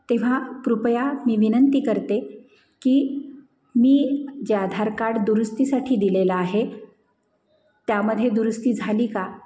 तेव्हा कृपया मी विनंती करते की मी जे आधार कार्ड दुरुस्तीसाठी दिलेलं आहे त्यामध्ये दुरुस्ती झाली का